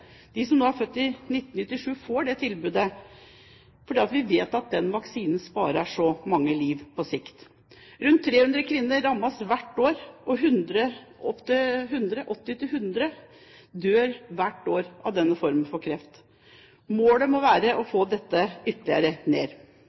de som er født i 1997 – som på grunn av pandemivaksinen ikke fikk tilbudet, nå får det tilbudet, for vi vet at denne vaksinen på sikt sparer mange liv. Rundt 300 kvinner rammes hvert år, og 80–100 dør hvert år av denne formen for kreft. Målet må være å få dette ytterligere ned.